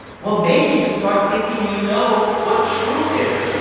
well, maybe you start thinking you know what true is.